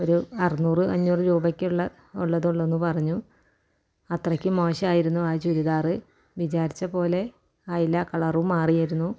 ഒരു അറുന്നൂറ് അഞ്ഞൂറ് രൂപയ്ക്ക്ള്ള ഒള്ളതൊള്ളൂന്ന് പറഞ്ഞു അത്രയ്ക്കു മോശായിരുന്നു ആ ചുരിദാര് വിചാരിച്ച പോലെ ആയില്ല കളറും മാറിയിരുന്നു